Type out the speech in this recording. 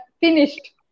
finished